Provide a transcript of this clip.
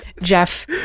Jeff